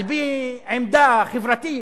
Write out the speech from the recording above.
על-פי עמדה חברתית,